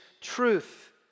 truth